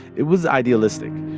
it was idealistic.